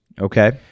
Okay